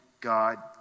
God